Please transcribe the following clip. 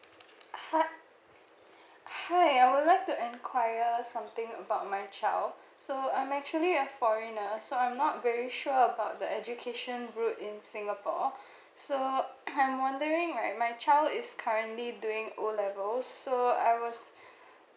h~ hi I would like to enquire something about my child so I'm actually a foreigner so I'm not very sure about the education route in singapore so I'm wondering like my child is currently doing O levels so I was